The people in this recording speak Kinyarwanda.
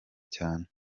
cyane